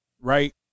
right